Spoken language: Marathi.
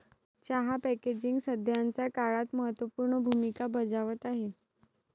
चहा पॅकेजिंग सध्याच्या काळात महत्त्व पूर्ण भूमिका बजावत आहे